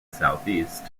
southeast